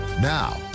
Now